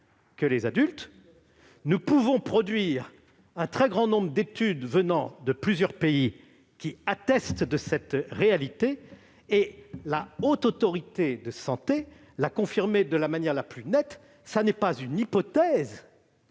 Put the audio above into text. que les adultes. Un très grand nombre d'études venant de plusieurs pays attestent de cette réalité. La Haute Autorité de santé (HAS) l'a confirmé de la manière la plus nette : ce n'est pas une hypothèse,